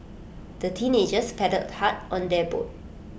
the teenagers paddled hard on their boat